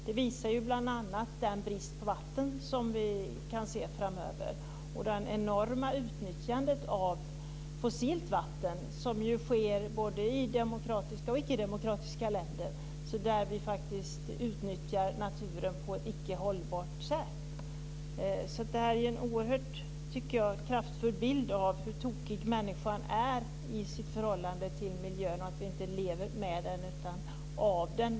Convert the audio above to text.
Det visar bl.a. den brist på vatten som vi kommer att se framöver och det enorma utnyttjandet av fossilt vatten som ju sker i både demokratiska och ickedemokratiska länder, där naturen utnyttjas på ett icke hållbart sätt. Jag tycker att det här är en oerhört kraftfull bild av hur tokig människan är i sitt förhållande till miljön och att vi inte lever med den utan av den.